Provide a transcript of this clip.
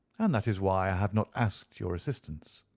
and that is why i have not asked your assistance.